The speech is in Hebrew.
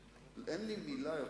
קדימה,